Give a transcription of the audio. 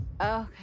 okay